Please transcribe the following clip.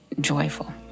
joyful